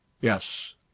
yes